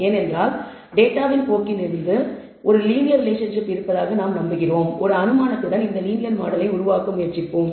ஏனென்றால் டேட்டாவின் போக்கிலிருந்து ஒரு லீனியர் ரிலேஷன்ஷிப் இருப்பதாக நாம் நம்புகிறோம் ஒரு அனுமானத்துடன் இந்த லீனியர் மாடலை உருவாக்க முயற்சிப்போம்